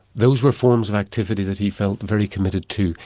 those were forms of activity that he felt very committed to.